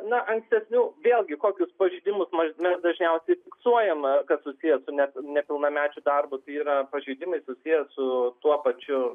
na ankstesnių vėlgi kokius pažeidimus mes mes dažniausiai fiksuojame kad susiję ne nepilnamečių darbu tai yra pažeidimai susiję su tuo pačiu